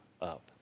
up